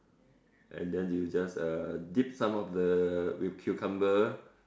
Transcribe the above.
and then you just uh dip some of the with cucumber